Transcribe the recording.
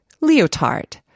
leotard